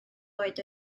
oed